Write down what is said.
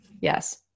Yes